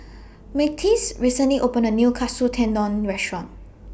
Myrtice recently opened A New Katsu Tendon Restaurant